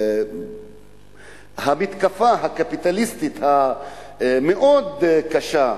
בגלל המתקפה הקפיטליסטית המאוד-קשה,